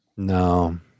No